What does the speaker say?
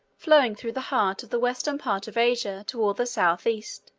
flowing through the heart of the western part of asia toward the southeast,